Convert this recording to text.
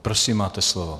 Prosím, máte slovo.